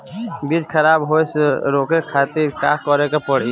बीज खराब होए से रोके खातिर का करे के पड़ी?